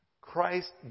Christ